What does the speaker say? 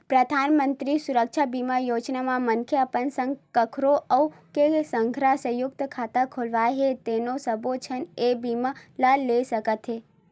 परधानमंतरी सुरक्छा बीमा योजना म मनखे अपन संग कखरो अउ के संघरा संयुक्त खाता खोलवाए हे तेनो सब्बो झन ए बीमा ल ले सकत हे